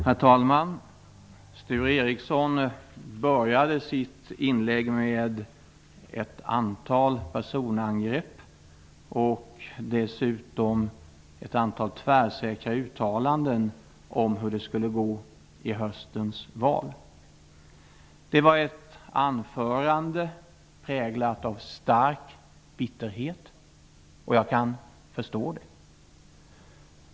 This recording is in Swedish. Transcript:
Herr talman! Sture Ericson började sitt inlägg med att göra ett antal personangrepp och dessutom ett antal tvärsäkra uttalanden om hur det skulle gå i höstens val. Det var ett anförande präglat av stark bitterhet, och jag kan förstå varför.